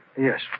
Yes